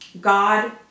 God